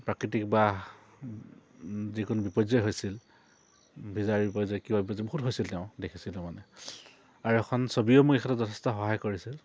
প্ৰাকৃতিক বা যিকোনো বিপৰ্যয় হৈছিল ভিজাৰ বিপৰ্যয় কিবা বিপৰ্যয় বহুত হৈছিল তেওঁৰ দেখিছিলো মানে আৰু এখন ছবিও মোৰ এখনত যথেষ্ট সহায় কৰিছিল